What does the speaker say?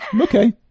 Okay